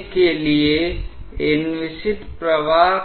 कितनी दूरी श्यानता प्रभाव के विपरीत तय की है I अब जहां पर विभिन्न मुद्दे हैं जैसे आप इसे जितना चाहें उतने बड़े कोण के रूप में इसे नहीं बना सकते हैं क्योंकि तब किसी उपकरण को विनिर्माण करने जैसे मुद्दे भी हैंI तो सिर्फ यह ही नहीं है कि आप जो भी कोण चाहते हैं और प्रस्तावित करते हैं किसी को इसे बनाना भी होगा और इसे उपयोग में भी लाना होगा I एक विशेष पहलू जिस पर कोई समझौता नहीं कर सकता है वह है वो स्थान जहां पर आप इस मैनोमीटर लिंब को रखकर अनुभाग 1 को प्राप्त कर रहे हैंI यह अधिमानतः उस स्थान से कुछ दूर होना चाहिए जहां पराभव शुरू हुआ है ताकि यह अव्यवस्था इस बिंदु पर वेग को काफी हद तक प्रभावित ना कर सके और इसीलिए यही कारण है कि इसे इस स्थान से थोड़ा दूर रखा गया है I इसलिए प्रायोगिक उद्देश्य Δh है यदि Δ h अधिक है तो बेहतर हैI क्योंकि यह आपका पर्यवेक्षण है यदि यह बहुत कम है तो रिज़ॉल्यूशन में यह त्रुटि आपके परिणामों को महत्वपूर्ण रूप से प्रभावित करेगी